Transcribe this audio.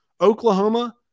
Oklahoma